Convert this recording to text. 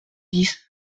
dix